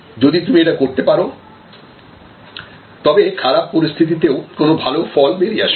যদি তুমি এটা করতে পার তবে খারাপ পরিস্থিতিতেও কোনো ভালো ফল বেরিয়ে আসবে